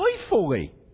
joyfully